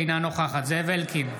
אינה נוכחת זאב אלקין,